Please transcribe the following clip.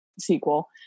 sequel